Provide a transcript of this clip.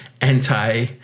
anti